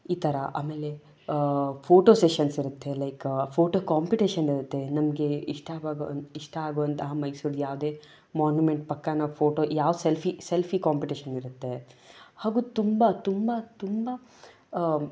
ಈ ಥರ ಆಮೇಲೆ ಫೋಟೋ ಸೆಷನ್ಸ್ ಇರುತ್ತೆ ಲೈಕ್ ಫೋಟೋ ಕಾಂಪಿಟೇಷನ್ ಇರುತ್ತೆ ನಮಗೆ ಇಷ್ಟ ಇಷ್ಟ ಆಗುವಂತಹ ಮೈಸೂರ್ದು ಯಾವುದೇ ಮಾನ್ಯುಮೆಂಟ್ ಪಕ್ಕ ನಾವು ಫೋಟೋ ಯಾವ ಸೆಲ್ಫಿ ಸೆಲ್ಫಿ ಕಾಂಪಿಟೇಷನ್ ಇರುತ್ತೆ ಹಾಗೂ ತುಂಬ ತುಂಬ ತುಂಬ